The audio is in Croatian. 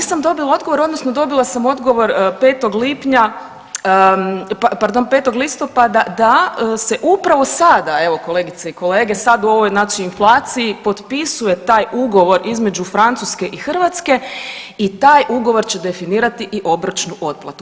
Nisam dobila odgovor, odnosno dobila sam odgovor 5. lipnja, pardon, 5. listopada da se upravo sada, evo, kolegice i kolege, sad u ovoj znači inflaciji, potpisuje taj ugovor između Francuske i Hrvatske i taj ugovor će definirati i obročnu otplatu.